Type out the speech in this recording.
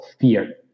fear